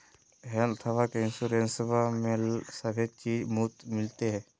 हेल्थबा के इंसोरेंसबा में सभे चीज मुफ्त मिलते?